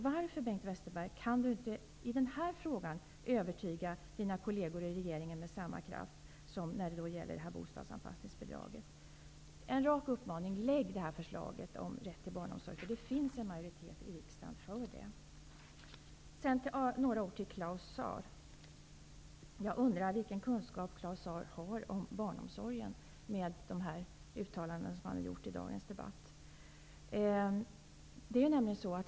Varför kan inte Bengt Westerberg i den här frågan övertyga sina kolleger i regeringen med samma kraft som i frågan om bostadsanpassningsbidraget? Jag riktar en rak uppmaning till Bengt Westerberg: Lägg fram förslaget om rätt till barnomsorg! Det finns en majoritet i riksdagen för det. Sedan vill jag säga några ord till Claus Zaar. Jag undrar vilken kunskap Claus Zaar har om barnomsorgen, med tanke på de uttalanden som han gjort i dagens debatt.